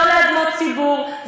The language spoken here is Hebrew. לא לאדמות ציבור,